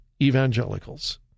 evangelicals